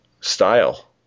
style